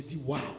Wow